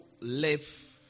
live